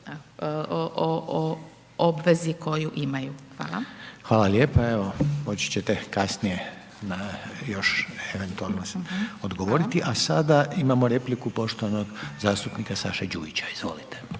**Reiner, Željko (HDZ)** Hvala lijepa. Evo, moći ćete kasnije na još eventualno odgovoriti. A sada imamo repliku poštovanog zastupnika Saše Đujića. Izvolite.